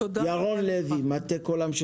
ירון לוי, מטה קולם של